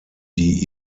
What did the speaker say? die